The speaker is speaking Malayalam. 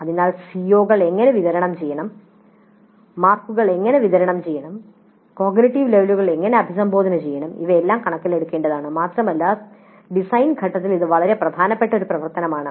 അതിനാൽ സിഒകൾ എങ്ങനെ വിതരണം ചെയ്യണം മാർക്കുകൾ എങ്ങനെ വിതരണം ചെയ്യണം കോഗ്നിറ്റീവ് ലെവലുകൾ എങ്ങനെ അഭിസംബോധന ചെയ്യണം ഇവയെല്ലാം കണക്കിലെടുക്കേണ്ടതാണ് മാത്രമല്ല ഡിസൈൻ ഘട്ടത്തിൽ ഇത് വളരെ പ്രധാനപ്പെട്ട ഒരു പ്രവർത്തനമാണ്